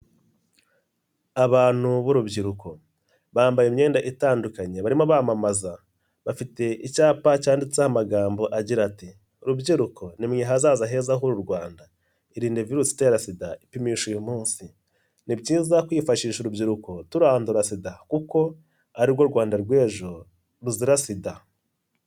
Abantu b'urubyiruko bambaye imyenda itandukanye barimo bamamaza bafite icyapa cyanditseho amagambo agira ati "rubyiruko nimwe ahazaza heza h'uru Rwanda irinde virusi itera sida ipimisha uyu munsi, ni byiza kwifashisha urubyiruko turandura sida kuko ari rwo Rwanda rw'ejo ruzira sida".